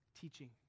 teaching